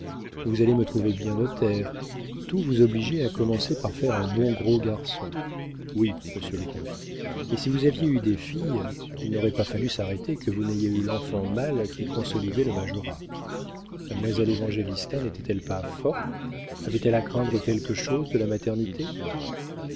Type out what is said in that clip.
vous allez me trouver bien notaire tout vous obligeait à commencer par faire un bon gros garçon oui monsieur le comte et si vous aviez eu des filles il n'aurait pas fallu s'arrêter que vous n'ayez eu l'enfant mâle qui consolidait le majorat mademoiselle évangélista n'était-elle pas forte avait-elle à craindre quelque chose de la maternité